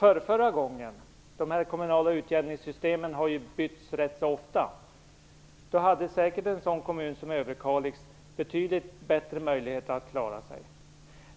tidigare - de kommunala utjämningssystemen har ju utbytts rätt ofta - hade säkert en sådan kommun som Överkalix haft betydligt bättre möjligheter att klara sig.